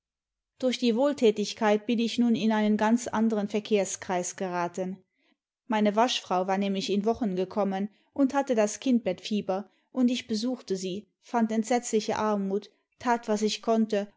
dinrch die wohltätigkeit bin ich nun in einen ganz anderen verkehrskreis geraten meine waschfrau war nämlich in wochen gekommen und hatte das kindbettfieber imd ich besuchte sie fand entsetzliche armut tat was ich konnte